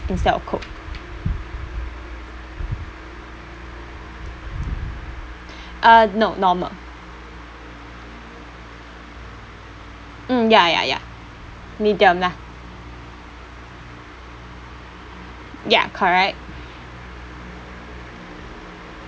instead of coke uh no normal mm ya ya ya medium lah ya correct